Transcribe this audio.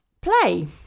play